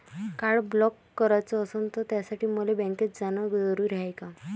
Card block कराच असनं त त्यासाठी मले बँकेत जानं जरुरी हाय का?